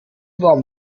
warm